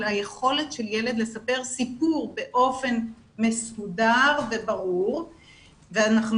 היכולת של ילד לספר סיפור באופן מסודר וברור ואנחנו